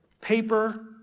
paper